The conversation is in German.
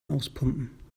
auspumpen